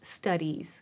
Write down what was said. studies